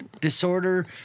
disorder